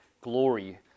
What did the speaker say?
glory